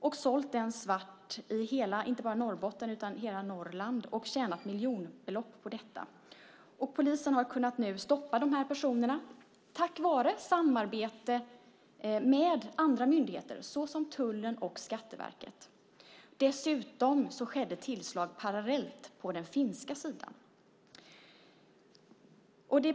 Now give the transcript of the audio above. Sedan hade man sålt den, inte bara i Norrbotten utan i hela Norrland och tjänat miljoner på det. Polisen har nu kunnat stoppa de personerna tack vare samarbete med andra myndigheter som tullen och Skatteverket. Dessutom skedde ett tillslag parallellt på den finska sidan.